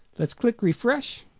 let's click refresh